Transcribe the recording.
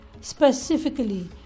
specifically